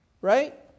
Right